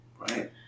Right